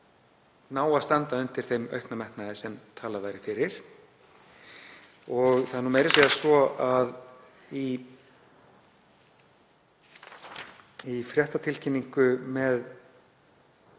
ná að standa undir þeim aukna metnaði sem talað væri fyrir. Það er meira að segja svo að í fréttatilkynningu með